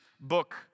book